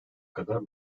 kadar